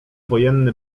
wojenny